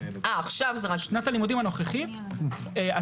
בשנת הלימודים הנוכחית, לפני חודש.